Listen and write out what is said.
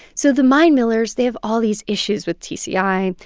so the mine millers, they have all these issues with tci.